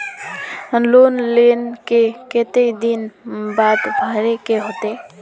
Loan लेल के केते दिन बाद भरे के होते?